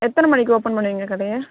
எத்தனை மணிக்கு ஓப்பன் பண்ணுவீங்க கடையை